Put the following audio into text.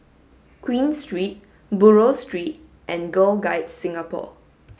Queen Street Buroh Street and Girl Guides Singapore